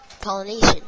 pollination